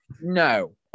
No